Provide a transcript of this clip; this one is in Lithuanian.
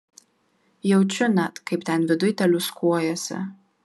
jaučiu net kaip ten viduj teliūskuojasi